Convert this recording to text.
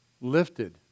lifted